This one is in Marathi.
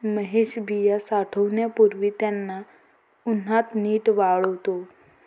महेश बिया साठवण्यापूर्वी त्यांना उन्हात नीट वाळवतो